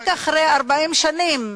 רק אחרי 40 שנה,